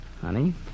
Honey